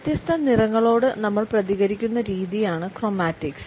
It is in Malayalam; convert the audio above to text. വ്യത്യസ്ത നിറങ്ങളോട് നമ്മൾ പ്രതികരിക്കുന്ന രീതിയാണ് ക്രോമാറ്റിക്സ്